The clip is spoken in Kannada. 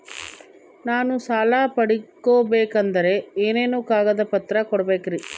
ನಾನು ಸಾಲ ಪಡಕೋಬೇಕಂದರೆ ಏನೇನು ಕಾಗದ ಪತ್ರ ಕೋಡಬೇಕ್ರಿ?